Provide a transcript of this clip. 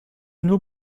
nur